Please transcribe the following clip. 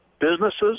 businesses